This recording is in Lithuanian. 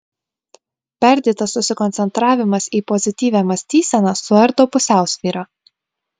perdėtas susikoncentravimas į pozityvią mąstyseną suardo pusiausvyrą